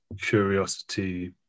curiosity